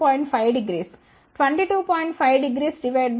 250 11